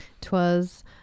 Twas